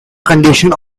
condition